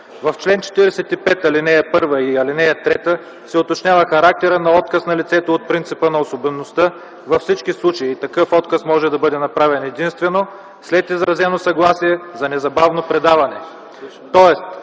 В чл. 45, ал. 1 и 3 се уточнява характерът на отказа на лицето от принципа на особеността – във всички случаи такъв отказ може да бъде направен единствено след изразено съгласие за незабавно предаване,